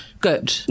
good